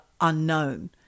unknown